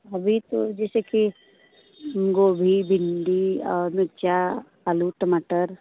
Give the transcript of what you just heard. अभी तो जैसे कि गोभी भिंडी और मिर्चा आलू टमाटर